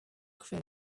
crew